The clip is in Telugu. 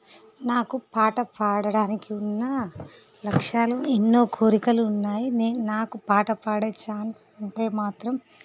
నాకు పాట పాడడానికి ఉన్న లక్ష్యాలు ఎన్నో కోరికలు ఉన్నాయి నేను నాకు పాట పాడే ఛాన్స్ ఉంటే మాత్రం